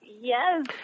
Yes